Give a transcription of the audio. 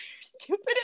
stupid